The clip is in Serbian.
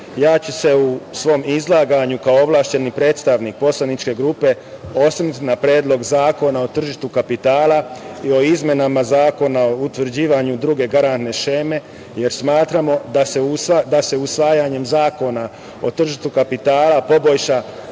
ću se u svom izlaganju kao ovlašćeni predstavnik poslaničke grupe osvrnuti na Predlog zakona o tržištu kapitala i o izmenama Zakona o utvrđivanju druge garantne šeme, jer smatramo da se usvajanjem zakona o tržištu kapitala poboljšava